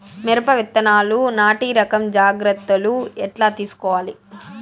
మిరప విత్తనాలు నాటి రకం జాగ్రత్తలు ఎట్లా తీసుకోవాలి?